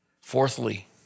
Fourthly